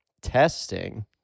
testing